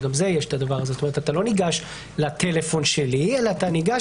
אתה לא ניגש לטלפון שלי אלא אתה ניגש